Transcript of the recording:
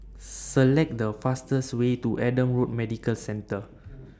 Select The fastest Way to Adam Road Medical Centre